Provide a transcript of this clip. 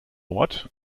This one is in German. ort